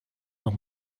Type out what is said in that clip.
noch